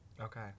Okay